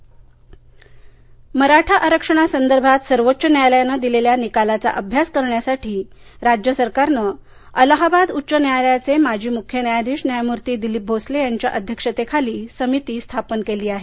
मराठा आरक्षण मराठा आरक्षणासंदर्भात सर्वोच्च न्यायालयानं दिलेल्या निकालाचा अभ्यास करण्यासाठी राज्य सरकारनं अलाहाबाद उच्च न्यायालयाचे माजी मुख्य न्यायाधीश न्यायमूर्ती दिलीप भोसले यांच्या अध्यक्षतेखाली समिती स्थापन केली आहे